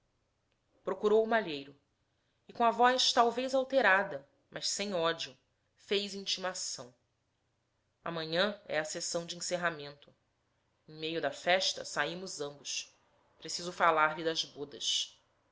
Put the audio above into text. procurou o malheiro e com a voz talvez alterada mas sem ódio fez intimação amanhã é a sessão de encerramento em meio da festa salmos ambos preciso falar-lhe das bodas